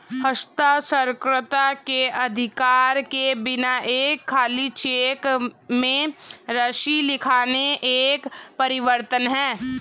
हस्ताक्षरकर्ता के अधिकार के बिना एक खाली चेक में राशि लिखना एक परिवर्तन है